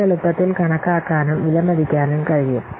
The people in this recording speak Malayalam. ഇത് എളുപ്പത്തിൽ കണക്കാക്കാനും വിലമതിക്കാനും കഴിയും